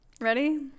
Ready